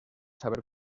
saber